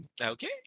Okay